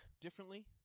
differently